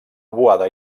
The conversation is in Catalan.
boada